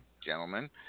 Gentlemen